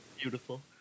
Beautiful